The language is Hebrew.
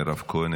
מירב כהן,